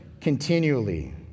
continually